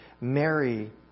Mary